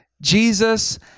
Jesus